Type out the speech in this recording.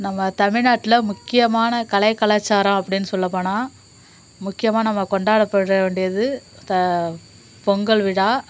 நம்ம தமிழ்நாட்டில் முக்கியமான கலை கலாச்சாரம் அப்படின்னு சொல்ல போனல் முக்கியமாக நம்ம கொண்டாடப்பட வேண்டியது ப பொங்கல் விழா